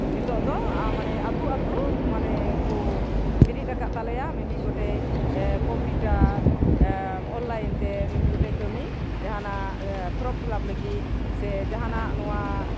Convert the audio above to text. ᱱᱤᱛᱚᱜ ᱫᱚ ᱢᱟᱱᱮ ᱟᱛᱳ ᱟᱛᱳ ᱢᱟᱱᱮ ᱠᱚ ᱵᱮᱨᱮᱫ ᱟᱠᱟᱜ ᱛᱟᱞᱮᱭᱟ ᱢᱤᱢᱤᱫ ᱜᱚᱴᱮᱡ ᱠᱚᱢᱯᱤᱭᱩᱴᱟᱨ ᱚᱱᱞᱟᱭᱤᱱ ᱛᱮ ᱢᱤᱢᱤᱫ ᱜᱚᱴᱮᱡ ᱠᱟᱹᱢᱤ ᱡᱟᱦᱟᱱᱟᱜ ᱯᱷᱨᱚᱢ ᱯᱷᱤᱞᱟᱯ ᱞᱟᱹᱜᱤᱫ ᱥᱮ ᱡᱟᱦᱟᱱᱟᱜ ᱱᱚᱣᱟ